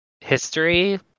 history